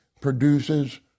produces